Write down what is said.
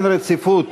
נתקבלה.